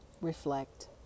reflect